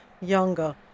younger